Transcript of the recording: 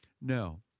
No